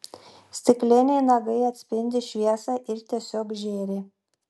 stikliniai nagai atspindi šviesą ir tiesiog žėri